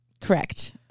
Correct